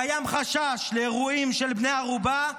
קיים חשש לאירועים של בני ערובה.